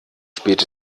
spät